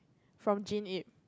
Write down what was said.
from Jean-Yip